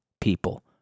people